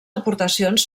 aportacions